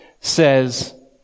says